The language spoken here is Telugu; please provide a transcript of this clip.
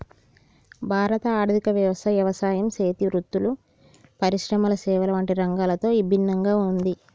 భారత ఆర్థిక వ్యవస్థ యవసాయం సేతి వృత్తులు, పరిశ్రమల సేవల వంటి రంగాలతో ఇభిన్నంగా ఉంది